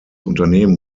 unternehmen